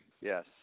Yes